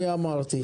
תיתן לי חמש דקות?